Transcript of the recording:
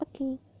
okay